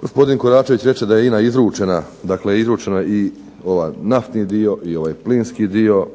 Gospodin Koračević reče da je INA izručena, dakle izručena i ovaj naftni dio i ovaj plinski dio.